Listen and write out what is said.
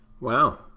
wow